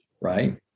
right